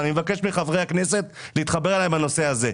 אני מבקש מחברי הכנסת להתחבר אליי בנושא הזה.